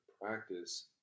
practice